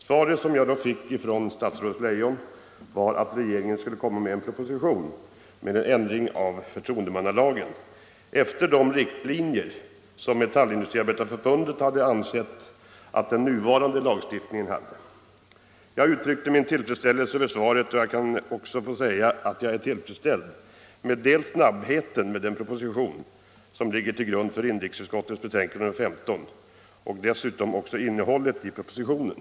Svaret som jag då fick från statsrådet Leijon var att regeringen skulle framlägga en proposition med en ändring av förtroendemannalagen efter de riktlinjer som Metallindustriarbetareförbundet hade föreslagit. Jag uttryckte min tillfredsställelse över svaret, och jag kan också få säga att jag är tillfredsställd med dels snabbheten med den proposition som ligger till grund för inrikesutskottets betänkande nr 15, dels innehållet i propositionen.